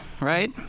right